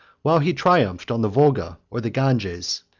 while he triumphed on the volga or the ganges,